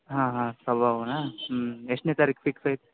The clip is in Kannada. ಹಾಂ ಹಾಂ ಸಭಾಭವನ ಹ್ಞೂ ಎಷ್ಟನೇ ತಾರೀಕು ಫಿಕ್ಸ್ ಆಯ್ತು